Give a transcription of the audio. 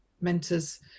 mentors